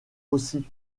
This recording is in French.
aussi